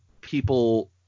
people